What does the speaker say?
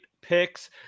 picks